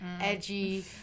edgy